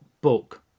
book